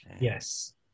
Yes